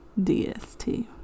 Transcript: DST